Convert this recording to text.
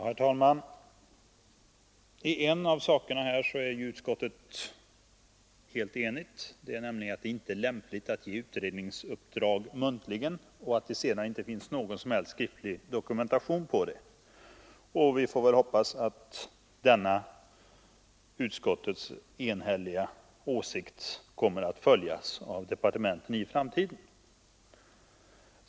Herr talman! I en sak är utskottet helt enigt här, nämligen att det inte är lämpligt att ge utredningsuppdrag muntligen, så att det inte finns någon som helst skriftlig dokumentation på det. Vi får väl hoppas att denna utskottets enhälliga åsikt kommer att respekteras av departementen i framtiden.